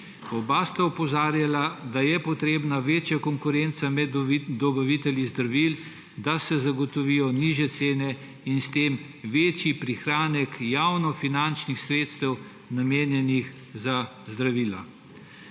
Oba sta opozarjala, da je potrebna večja konkurenca med dobavitelji zdravil, da se zagotovijo nižje cene in s tem večji prihranek javnofinančnih sredstev namenjenih za zdravila.